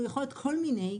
הוא יכול להיות כל מיני,